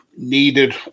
needed